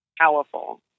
powerful